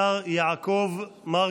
השר יעקב מרגי.